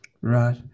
right